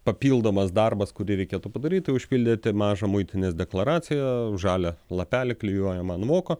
papildomas darbas kurį reikėtų padaryt tai užpildyti mažą muitinės deklaraciją žalią lapelį klijuojamą an voko